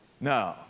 No